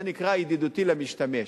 זה נקרא "ידידותי למשתמש".